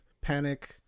panic